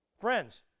Friends